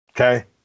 Okay